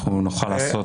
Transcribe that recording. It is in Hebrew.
אנחנו נוכל לעשות.